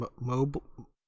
mobile